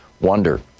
wonder